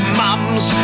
mums